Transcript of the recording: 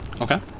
Okay